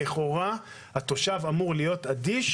התושב אמור להיות אדיש